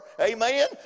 Amen